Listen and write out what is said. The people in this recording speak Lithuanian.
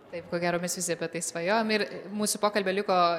taip ko gero mes visi apie tai svajojome ir mūsų pokalbio liko